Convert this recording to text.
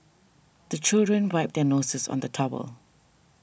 the children wipe their noses on the towel